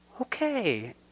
okay